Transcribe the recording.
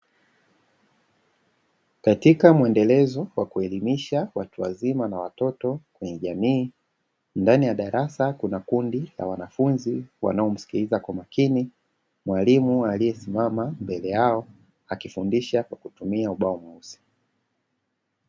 Katika muendelezo wa kuelimisha watu wazima na watoto kwenye jamii, ndani ya darasa kuna kundi la wanafunzi wanao msikiliza kwa makini mwalimu aliye simama mbele yao akifundisha kwa kutumia ubao mweusi.